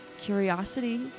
curiosity